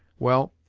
well,